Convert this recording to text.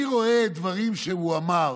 ואני רואה דברים שהוא אמר: